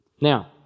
Now